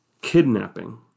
kidnapping